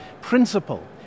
Principle